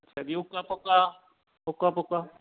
ਅੱਛਾ ਜੀ ਉੱਕਾ ਪੂੱਕਾ ਉੱਕਾ ਪੂੱਕਾ